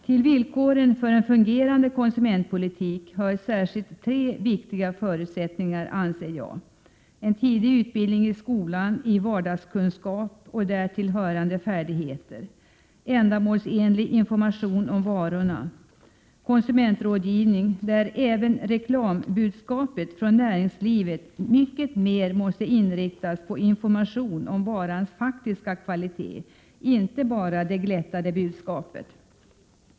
Till villkoren för en fungerande konsumentpolitik hör särkilt tre viktiga förutsättningar: — konsumentrådgivning, där även reklambudskapet från näringslivet i större utsträckning måste inriktas på information om varans faktiska kvalitet, inte bara det glättade budskapet.